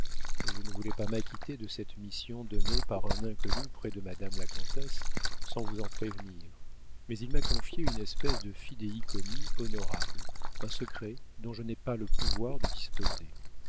je ne voulais pas m'acquitter de cette mission donnée par un inconnu près de madame la comtesse sans vous en prévenir mais il m'a confié une espèce de fidéicommis honorable un secret dont je n'ai pas le pouvoir de disposer